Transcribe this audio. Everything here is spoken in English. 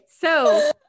so-